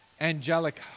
angelic